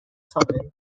time